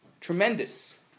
tremendous